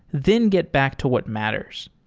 then get back to what matters.